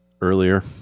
Earlier